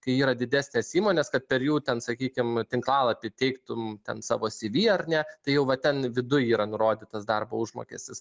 kai yra didesnės įmonės kad per jų ten sakykim tinklalapį teiktum ten savo cv ar ne tai jau va ten viduj yra nurodytas darbo užmokestis